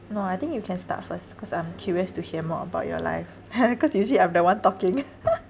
no I think you can start first cause I'm curious to hear more about your life cause usually I'm the one talking